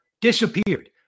disappeared